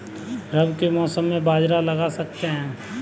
रवि के मौसम में बाजरा लगा सकते हैं?